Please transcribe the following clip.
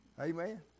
Amen